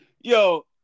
Yo